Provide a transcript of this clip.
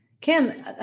Kim